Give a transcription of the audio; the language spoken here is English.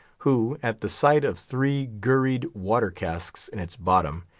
who, at the sight of three gurried water-casks in its bottom,